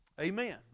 Amen